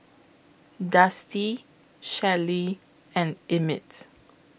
Dusty Shelly and Emmit